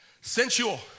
sensual